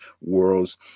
worlds